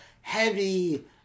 heavy